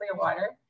Clearwater